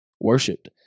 worshipped